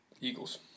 Eagles